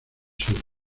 sur